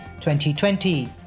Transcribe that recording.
2020